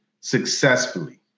successfully